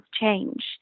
change